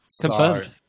Confirmed